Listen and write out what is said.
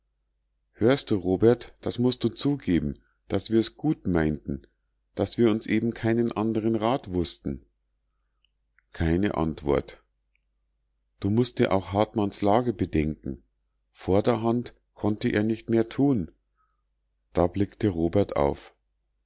hörst du robert das mußt du zugeben daß wir's gut meinten daß wir uns eben keinen andern rat wußten keine antwort du mußt dir auch hartmanns lage bedenken vorderhand konnte er nich mehr tun da blickte robert auf